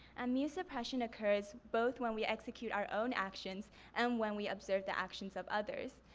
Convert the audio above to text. and mu suppression occurs both when we execute or own actions and when we observe the actions of others.